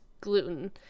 gluten